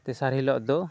ᱛᱮᱥᱟᱨ ᱦᱤᱞᱳᱜ ᱫᱚ